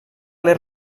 les